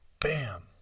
bam